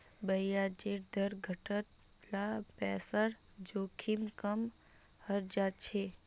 ब्याजेर दर घट ल पैसार जोखिम कम हइ जा छेक